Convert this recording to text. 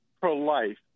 pro-life